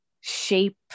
shape